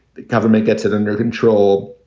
the government gets it under control.